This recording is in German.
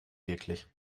wirklich